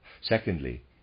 Secondly